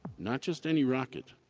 not just any rocket,